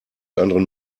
anderen